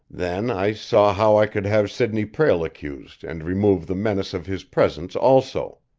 then i saw how i could have sidney prale accused and remove the menace of his presence also.